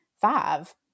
five